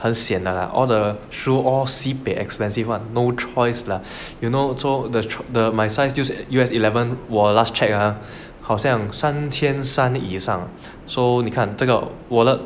很 sian 的 lah all the shoe all sibei expensive one no choice lah you know so the the my size still U_S eleven 我 last check ah 好像三千三以上 so 你看这个我的